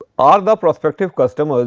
are the prospective customers